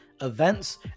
events